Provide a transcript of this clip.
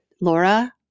Laura